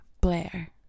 Blair